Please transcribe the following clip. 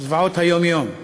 זוועות היום-יום.